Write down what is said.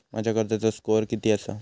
माझ्या कर्जाचो स्कोअर किती आसा?